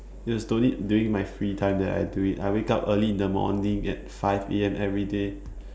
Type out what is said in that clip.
yes only during my free time then I do it I wake up early in the morning at five A_M every day